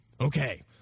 Okay